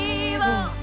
evil